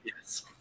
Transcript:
yes